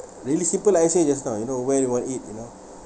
really simple like I said just now you know where you want to eat you know